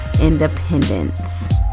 independence